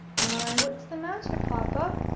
why, what's the matter, papa?